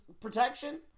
protection